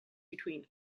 between